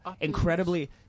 incredibly –